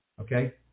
okay